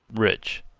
rich,